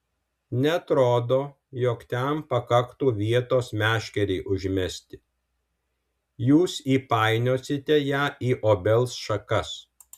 neatrodo jog ten pakaktų vietos meškerei užmesti jūs įpainiosite ją į obels šakas